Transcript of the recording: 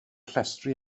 llestri